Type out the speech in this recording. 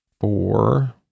four